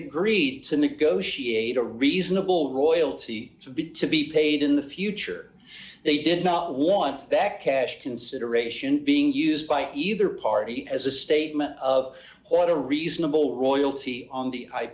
agreed to negotiate a reasonable royalty to be to be paid in the future they did not want back cash consideration being used by either party as a statement of what a reasonable royalty on the